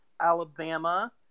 Alabama